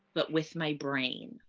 but with my brain.